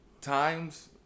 times